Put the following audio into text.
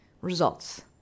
results